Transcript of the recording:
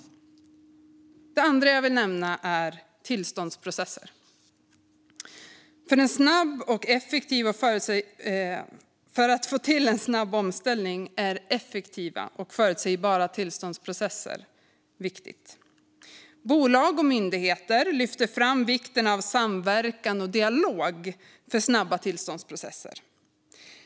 Det andra jag vill nämna är tillståndsprocesser. För att få till en snabb omställning är effektiva och förutsägbara tillståndsprocesser viktigt. Bolag och myndigheter lyfter fram vikten av samverkan och dialog för snabba tillståndsprocesser.